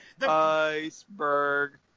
Iceberg